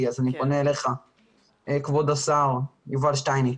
ולכן אני פונה אליך כבוד השר יובל שטייניץ.